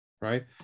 right